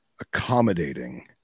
accommodating